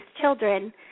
children